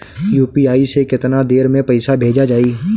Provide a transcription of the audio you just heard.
UPI से केतना देर मे पईसा भेजा जाई?